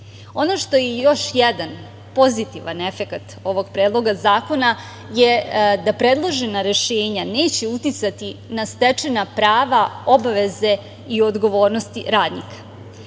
Ono što je još jedan pozitivan efekat ovog Predloga zakona je da predložena rešenja neće uticati na stečena prava, obaveze i odgovornosti radnika.